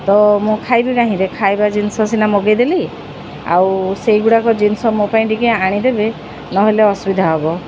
ତ ମୁଁ ଖାଇବି କାହିଁରେ ଖାଇବା ଜିନିଷ ସିନା ମଗେଇଦେଲି ଆଉ ସେହିଗୁଡ଼ାକ ଜିନିଷ ମୋ ପାଇଁ ଟିକିଏ ଆଣିଦେବେ ନହେଲେ ଅସୁବିଧା ହେବ